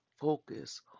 focus